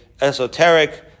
esoteric